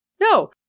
No